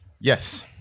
Yes